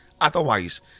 Otherwise